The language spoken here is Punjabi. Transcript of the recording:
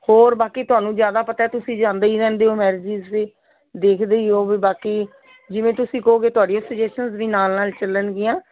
ਹੋਰ ਬਾਕੀ ਤੁਹਾਨੂੰ ਜ਼ਿਆਦਾ ਪਤਾ ਤੁਸੀਂ ਜਾਂਦੇ ਹੀ ਰਹਿੰਦੇ ਹੋ ਮੈਰਿਜਿਸ ਵੀ ਦੇਖਦੇ ਹੀ ਹੋ ਵੀ ਬਾਕੀ ਜਿਵੇਂ ਤੁਸੀਂ ਕਹੋਗੇ ਤੁਹਾਡੀਆਂ ਸੁਜਸ਼ਨਸ ਵੀ ਨਾਲ ਨਾਲ ਚੱਲਣਗੀਆਂ